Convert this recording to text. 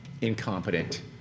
incompetent